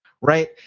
right